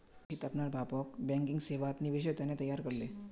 रोहित अपनार बापक बैंकिंग सेवात निवेशेर त न तैयार कर ले